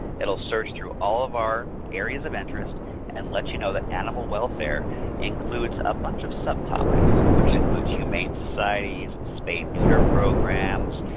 it search through all of our areas of interest and let you know that animal welfare includes a bunch of subtopics which includes humane societies, spay neuter programs,